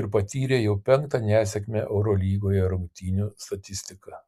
ir patyrė jau penktą nesėkmę eurolygoje rungtynių statistika